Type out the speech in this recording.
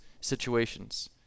situations